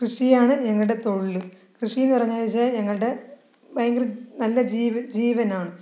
കൃഷിയാണ് ഞങ്ങളുടെ തൊഴിൽ കൃഷിയെന്നു വെച്ചാൽ ഞങ്ങളുടെ ഭയങ്കര നല്ല ജീവനാണ്